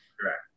Correct